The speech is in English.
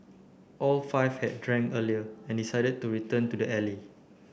all five had drank earlier and decided to return to the alley